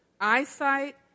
eyesight